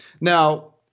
Now